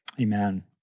Amen